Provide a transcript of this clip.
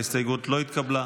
ההסתייגות לא התקבלה.